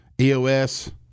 EOS